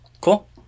Cool